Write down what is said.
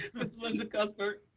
ms. linda cuthbert.